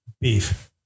beef